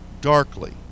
darkly